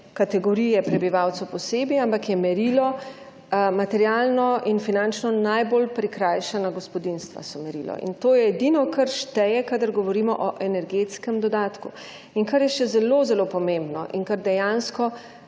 kategorije prebivalcev posebej, ampak so merilo materialno in finančno najbolj prikrajšana gospodinjstva. In to je edino, kar šteje, kadar govorimo o energetskem dodatku. In kar je še zelo, zelo pomembno in kar dejansko